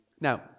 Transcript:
Now